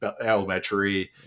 elementary